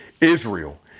Israel